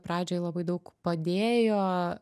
pradžioj labai daug padėjo